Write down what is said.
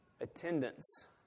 attendance